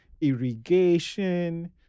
Irrigation